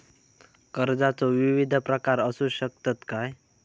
कर्जाचो विविध प्रकार असु शकतत काय?